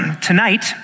tonight